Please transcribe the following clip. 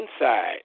inside